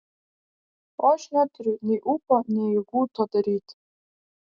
o aš neturiu nei ūpo nei jėgų to daryti